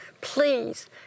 Please